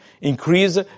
Increase